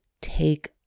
take